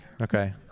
Okay